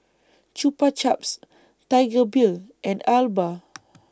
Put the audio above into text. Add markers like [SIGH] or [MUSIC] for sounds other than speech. Chupa Chups Tiger Beer and Alba [NOISE]